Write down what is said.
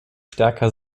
stärker